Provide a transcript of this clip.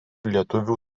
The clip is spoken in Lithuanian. lietuvių